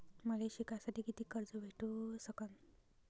मले शिकासाठी कितीक कर्ज भेटू सकन?